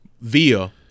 via